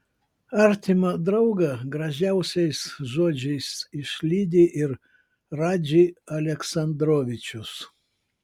artimą draugą gražiausiais žodžiais išlydi ir radži aleksandrovičius